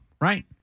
Right